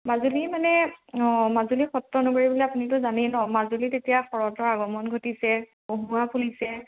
মাজুলী মানে অঁ মাজুলী সত্ৰ নগৰী বুলি আপুনিটো জানেই ন মাজুলীত এতিয়া শৰতৰ আগমন ঘটিছে কহুঁৱা ফুলিছে